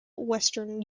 western